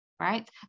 right